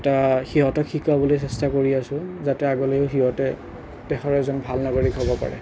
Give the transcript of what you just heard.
সিহঁতক শিকাবলৈ চেষ্টা কৰি আছোঁ যাতে আগলৈও সিহঁতে দেশৰ এজন ভাল নাগৰিক হ'ব পাৰে